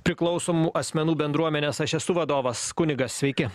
priklausomų asmenų bendruomenės aš esu vadovas kunigas sveiki